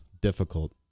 difficult